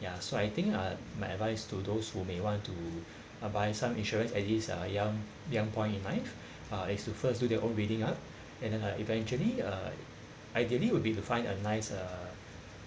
ya so I think uh my advice to those who may want to uh buy some insurance at this uh young young point in life uh is to first do their own reading up and then uh eventually uh ideally you would be to find a nice uh